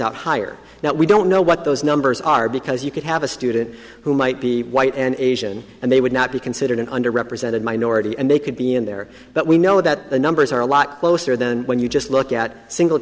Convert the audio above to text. out higher now we don't know what those numbers are because you could have a student who might be white and asian and they would not be considered an under represented minority and they could be in there but we know that the numbers are a lot closer than when you just look at single